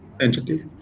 entity